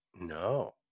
No